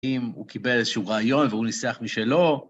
אם הוא קיבל איזשהו רעיון והוא ניסח משלו.